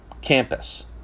campus